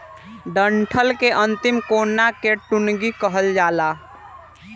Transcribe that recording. डंठल के अंतिम कोना के टुनगी कहल जाला